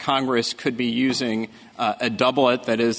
congress could be using a double it that is